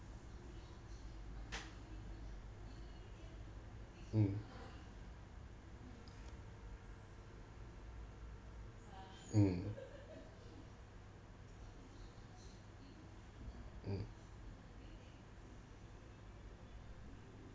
mm mm mm